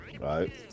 Right